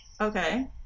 Okay